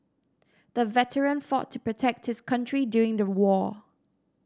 the veteran fought to protect his country during the war